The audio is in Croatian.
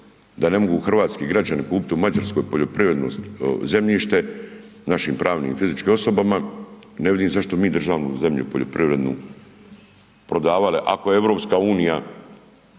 da ne mogu hrvatski građani kupiti u Mađarskoj poljoprivredno zemljište našim pravnim i fizičkim osobama, ne vidim zašto mi državnu zemlju poljoprivrednu prodavali, ako je EU